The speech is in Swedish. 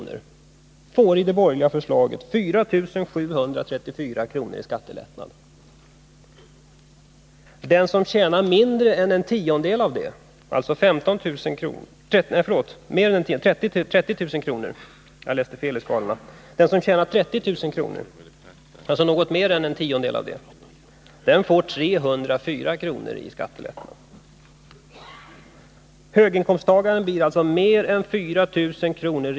får enligt det borgerliga förslaget 4 734 kr. i skattelättnad. Den som tjänar något mer än en tiondel därav, 30 000, får 304 kr. i skattelättnad. Höginkomsttagaren blir alltså mer än 4 000 kr.